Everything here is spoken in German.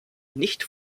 nicht